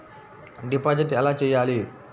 Deposit ఎలా చెయ్యాలి?